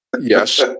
Yes